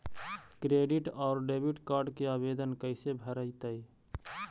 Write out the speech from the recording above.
Credit और debit card के आवेदन कैसे भरैतैय?